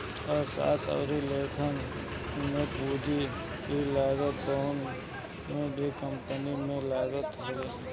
अर्थशास्त्र अउरी लेखांकन में पूंजी की लागत कवनो भी कंपनी के लागत होला